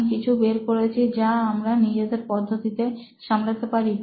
আমি কিছু বের করেছি যা আমরা নিজেদের পদ্ধতিতে সামলাতে পারি